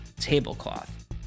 tablecloth